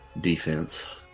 defense